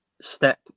step